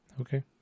Okay